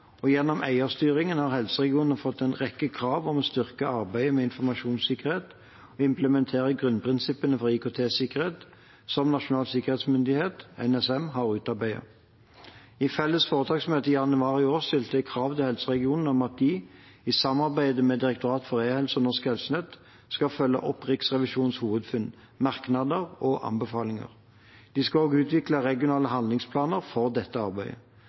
og gjennom eierstyring av helseregionene fått en rekke krav om å styrke arbeidet med informasjonssikkerhet og implementere grunnprinsippene for IKT-sikkerhet, som Nasjonal sikkerhetsmyndighet, NSM, har utarbeidet. I felles foretaksmøte i januar i år stilte jeg krav til helseregionene om at de, i samarbeid med Direktoratet for e-helse og Norsk helsenett, skal følge opp Riksrevisjonens hovedfunn, merknader og anbefalinger. De skal også utvikle regionale handlingsplaner for dette arbeidet.